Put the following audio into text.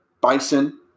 bison